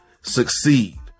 succeed